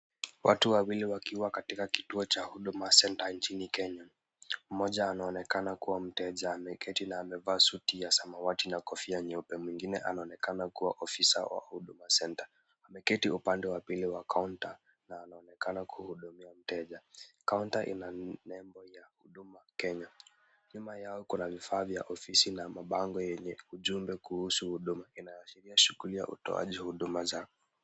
Watu wawili wakiwa katika kituo cha Huduma Center nchini Kenya. Mmoja anaonekana kuwa mteja. Ameketi na amevaa suti ya samawati na kofia nyeupe. Mmwingine anaonekana kuwa ofisa wa Huduma Center. Ameketi upande wa pili wa kaunta na anaonekana kuhudumia mteja. Kaunta ina nembo ya Huduma Kenya. Nyuma yao kuna vifaa vya ofisi na mabango yenye ujumbe kuhusu huduma. Inayasheria shughuli ya utoaji huduma zao.